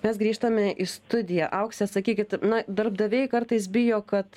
mes grįžtame į studiją aukse sakykit na darbdaviai kartais bijo kad